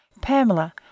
Pamela